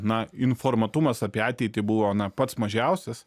na informuotumas apie ateitį buvo na pats mažiausias